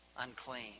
unclean